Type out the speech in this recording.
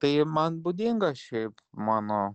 tai man būdinga šiaip mano